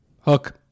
hook